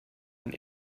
ein